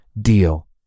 deal